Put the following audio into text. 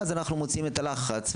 כי אז אנחנו מוצאים את הלחץ.